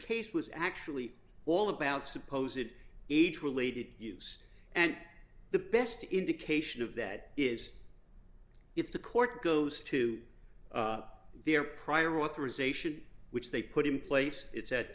case was actually all about suppose it each related use and the best indication of that is if the court goes to their prior authorization which they put in place it's at